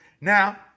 Now